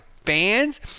Fans